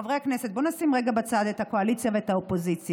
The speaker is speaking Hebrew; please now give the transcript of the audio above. חברי הכנסת: בואו נשים רגע בצד את הקואליציה ואת האופוזיציה.